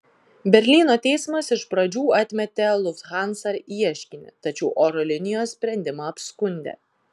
berlyno teismas iš pradžių atmetė lufthansa ieškinį tačiau oro linijos sprendimą apskundė